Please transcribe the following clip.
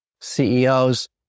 CEOs